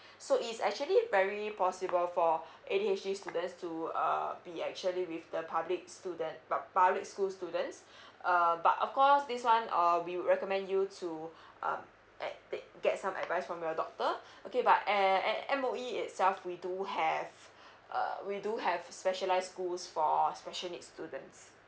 so it is actually very possible for A_D_H_D students to uh be actually with the public student pub~ public school students uh but of course this one uh we will recommend you to uh get some advice from your doctor okay but at M_O_E itself we do have uh we do have specialize school for special needs students